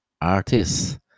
artists